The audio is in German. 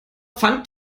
pfand